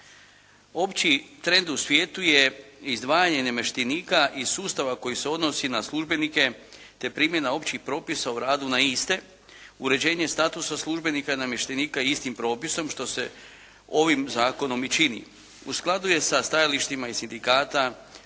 Opći trend u svijetu je izdvajanje namještenika iz sustava koji se odnosi na službenike te primjena općih propisa u radu na iste, uređenje statusa službenika i namještenika istim propisom, što se ovim zakonom i čini. U skladu je sa stajalištima i sindikata,